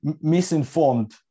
misinformed